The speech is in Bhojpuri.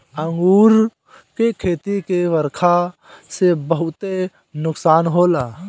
अंगूर के खेती के बरखा से बहुते नुकसान होला